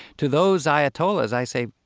to those ayatollahs, i say,